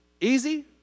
Easy